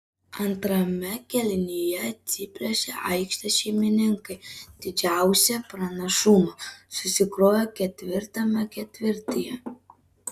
antrame kėlinyje atsiplėšę aikštės šeimininkai didžiausią pranašumą susikrovė ketvirtame ketvirtyje